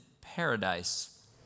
paradise